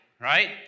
right